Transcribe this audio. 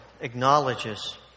acknowledges